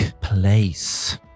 place